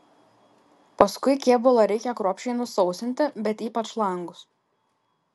paskui kėbulą reikia kruopščiai nusausinti bet ypač langus